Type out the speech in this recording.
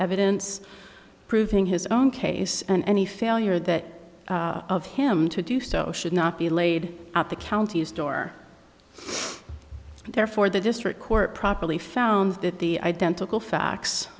evidence proving his own case and any failure that of him to do so should not be laid at the county's door therefore the district court properly found that the identical facts